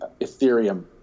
Ethereum